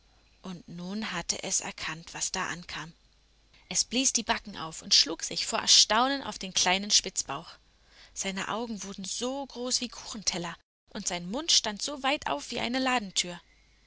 und nun hatte es erkannt was da ankam es blies die backen auf und schlug sich vor erstaunen auf den kleinen spitzbauch seine augen wurden so groß wie kuchenteller und sein mund stand so weit auf wie eine ladentür